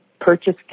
purchase